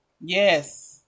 yes